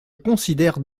considère